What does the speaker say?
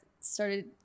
started